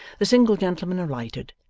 the single gentleman alighted,